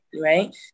right